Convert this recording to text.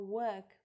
work